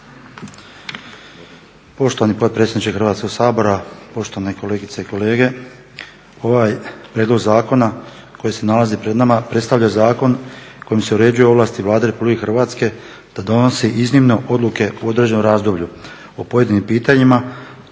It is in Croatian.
Poštovani potpredsjedniče Hrvatskog sabora, poštovane kolegice i kolege. Ovaj prijedlog zakona koji se nalazi pred nama predstavlja zakon kojim se uređuju ovlasti Vlade Republike Hrvatske da donosi iznimno odluke u određenom razdoblju o pojedinim pitanjima,